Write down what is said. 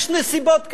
יש נסיבות כאלה,